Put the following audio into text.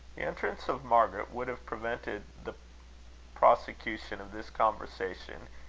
the entrance of margaret would have prevented the prosecution of this conversation,